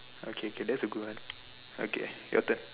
okay can that's a good one okay your turn